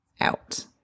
out